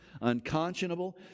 unconscionable